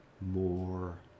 more